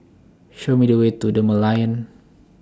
Show Me The Way to The Merlion